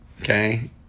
Okay